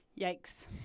Yikes